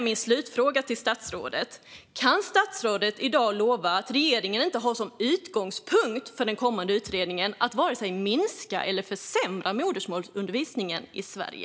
Min slutfråga till statsrådet blir därför: Kan statsrådet i dag lova att regeringen inte har som utgångspunkt för den kommande utredningen att vare sig minska eller försämra modersmålsundervisningen i Sverige?